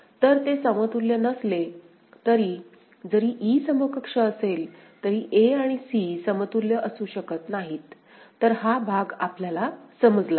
तर ते समतुल्य नसले तरी जरी e समकक्ष असेल तरी a आणि c समतुल्य असू शकत नाहीत तर हा भाग आपल्याला समजला आहे